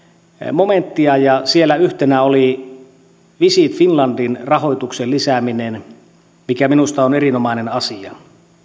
momenttia siellä yhtenä oli visit finlandin rahoituksen lisääminen mikä minusta on erinomainen asia